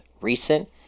recent